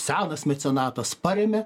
senas mecenatas parėmė